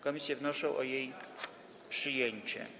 Komisje wnoszą o jej przyjęcie.